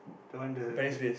the one the the